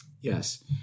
Yes